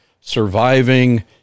surviving